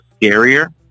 scarier